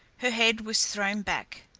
her head was thrown back.